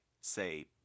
say